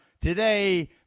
today